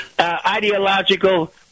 ideological